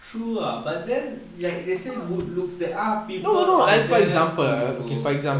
true lah but then like they say good looks there are people out who ya O